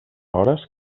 hores